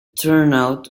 turnout